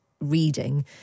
reading